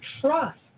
trust